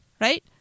right